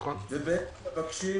ומבקשים